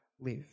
live